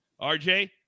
RJ